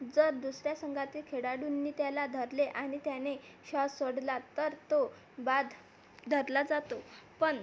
जर दुसऱ्या संघातील खेळाडूंनी त्याला धरले आणि त्याने श्वास सोडला तर तो बाद धरला जातो पण